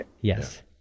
yes